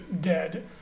dead